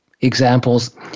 examples